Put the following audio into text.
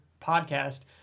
podcast